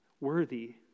worthy